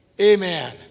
Amen